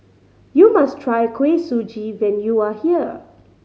you must try Kuih Suji when you are here